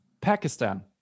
Pakistan